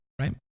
right